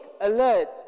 alert